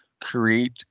create